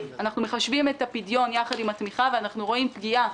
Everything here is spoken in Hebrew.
אנחנו מחשבים את הפדיון ביחד עם התמיכה ואנחנו רואים פגיעה,